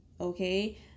okay